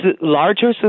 larger